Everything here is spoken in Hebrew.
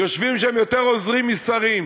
יושבים שם יותר עוזרים משרים,